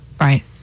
Right